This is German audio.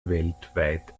weltweit